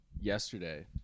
yesterday